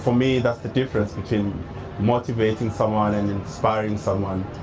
me that's the difference between motivating someone and inspiring someone.